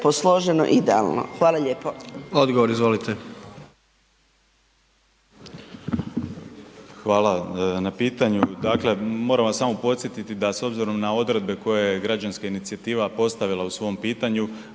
Odgovor, izvolite. **Aladrović, Josip** Hvala na pitanju. Dakle moram vas samo podsjetiti da s obzirom na odredbe koje je građanska inicijativa postavila u svom pitanju